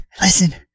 Listen